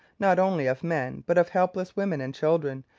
not only of men but of helpless women and children,